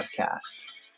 podcast